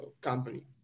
company